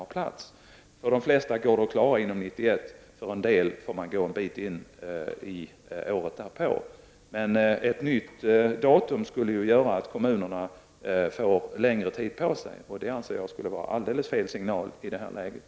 För de flesta kommuner går detta att klara 1991, men en del kommuner får lov att gå en bit in på året därpå. Ett nytt datum skulle emellertid göra att kommunerna fick längre tid på sig, och jag anser att det skulle vara alldeles fel signal i det här läget.